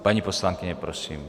Paní poslankyně, prosím.